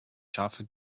scharfe